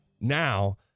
Now